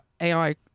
ai